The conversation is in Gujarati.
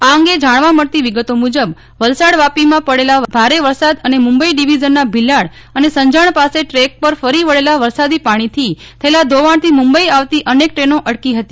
આ અંગે જાણવા મળતી વિગતો મુજબ વલસાડ વાપીમાં પડેલા ભારે વરસાદ અને મુંબઈ ડીવીઝનના ભીલાડ અને સંજાણ પાસે ટ્રેક પર ફરી વળેલા વરસાદી પાણીથી થયેલા ધોવાણ થી મુંબઈ આવતી અનેક ટ્રેનો અટકી ફતી